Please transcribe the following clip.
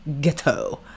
ghetto